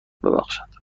ببخشند